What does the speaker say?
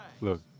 Look